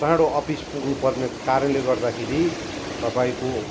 चाँडो अफिस पुग्नुपर्नेको कारणले गर्दाखेरि तपाईँको